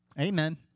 Amen